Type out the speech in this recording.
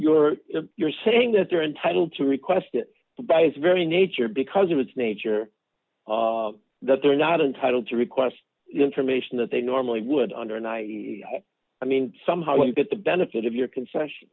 you're you're saying that they're entitled to request it by its very nature because of its nature that they're not entitled to request the information that they normally would under and i hope i mean somehow you get the benefit of your concession